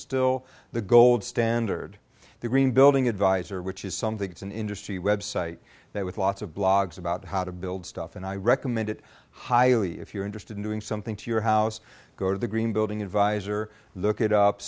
standard the green building advisor which is something it's an industry website that with lots of blogs about how to build stuff and i recommend it highly if you're interested in doing something to your house go to the green building advisor look it up